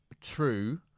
true